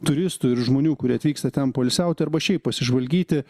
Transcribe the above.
turistų ir žmonių kurie atvyksta ten poilsiauti arba šiaip pasižvalgyti